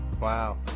Wow